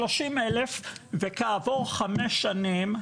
30,000. וכעבור חמש שנים,